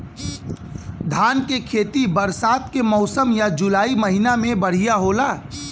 धान के खेती बरसात के मौसम या जुलाई महीना में बढ़ियां होला?